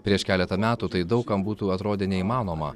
prieš keletą metų tai daug kam būtų atrodę neįmanoma